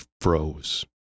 froze